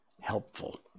helpful